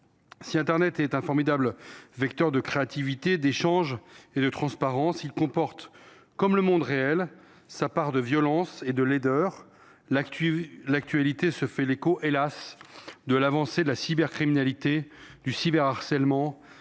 Si internet est un formidable vecteur de créativité, d’échanges et de transparence, il comporte, comme le monde réel, sa part de violence et de laideur. L’actualité se fait l’écho, hélas ! de l’avancée de la cybercriminalité, du cyberharcèlement,